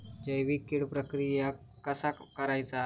जैविक कीड प्रक्रियेक कसा करायचा?